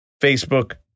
facebook